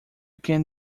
can